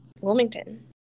Wilmington